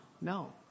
no